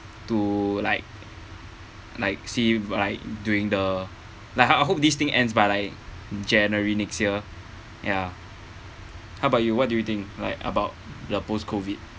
to like like see like during the like I hope this thing ends by like january next year ya how about you what do you think like about the post-COVID